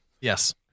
Yes